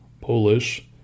Polish